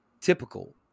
typical